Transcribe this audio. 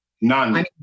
None